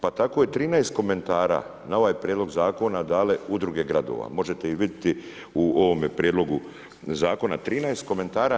Pa tako je 13 komentara na ovaj prijedlog zakona dale Udruge gradova, možete ih vidjeti u ovome prijedlogu zakona, 13 komentara.